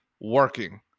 working